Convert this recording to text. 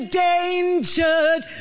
Endangered